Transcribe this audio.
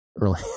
early